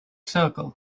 circle